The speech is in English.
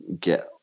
get